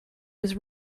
was